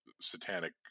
satanic